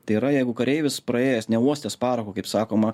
tai yra jeigu kareivis praėjęs neuostęs parako kaip sakoma